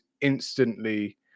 instantly